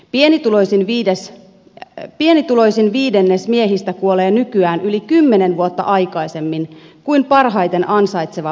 pienituloisin viidennes miehistä kuolee nykyään yli kymmenen vuotta aikaisemmin kuin parhaiten ansaitseva viidennes